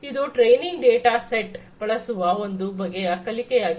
ಇದು training data set ಬಳಸುವ ಒಂದು ಬಗೆಯ ಕಲಿಕೆ ಯಾಗಿದೆ